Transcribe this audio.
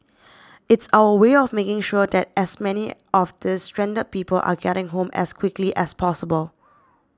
it's our way of making sure that as many of these stranded people are getting home as quickly as possible